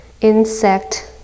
insect